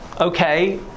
Okay